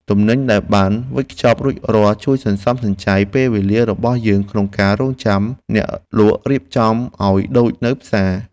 ទំនិញដែលបានវេចខ្ចប់រួចរាល់ជួយសន្សំសំចៃពេលវេលារបស់យើងក្នុងការរង់ចាំអ្នកលក់រៀបចំឱ្យដូចនៅផ្សារ។